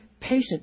patient